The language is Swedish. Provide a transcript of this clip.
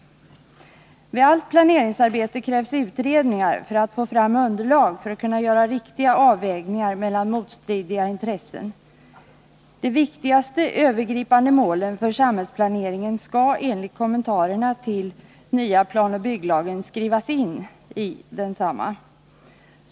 Vid allt planeringsarbete krävs utredningar för att man skall kunna få fram underlag för riktiga avvägningar mellan motstridande intressen. De övergripande målen för samhällsplaneringen skall enligt kommentarerna till den nya planoch bygglagen skrivas in i densamma.